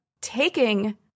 taking